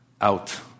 out